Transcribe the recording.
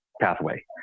pathway